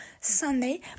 Sunday